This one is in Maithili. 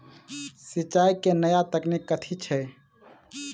सिंचाई केँ नया तकनीक कथी छै?